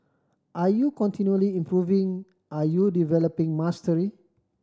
are you continually improving are you developing mastery